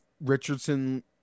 Richardson